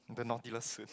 the nautilus suit